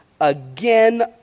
again